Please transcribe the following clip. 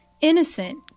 Innocent